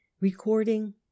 recording